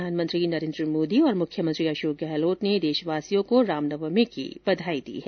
प्रधानमंत्री नरेन्द्र मोदी और मुख्यमंत्री अशोक गहलोत ने देशवासियों को रामनवमी के अवसर पर बधाई दी है